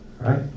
right